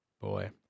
boy